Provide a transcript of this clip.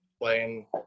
playing